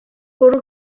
bwrw